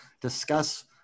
discuss